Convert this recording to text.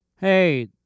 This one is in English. Hey